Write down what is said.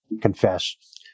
confess